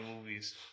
movies